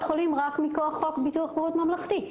החולים רק מכוח חוק ביטוח בריאות ממלכתי.